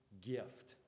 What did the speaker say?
gift